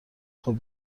خواب